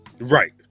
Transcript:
right